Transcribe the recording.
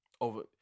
Over